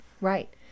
Right